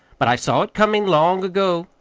but i saw it comin' long ago.